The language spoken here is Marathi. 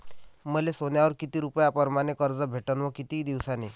मले सोन्यावर किती रुपया परमाने कर्ज भेटन व किती दिसासाठी?